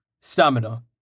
Stamina